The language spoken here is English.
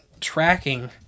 tracking